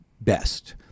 best